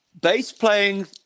bass-playing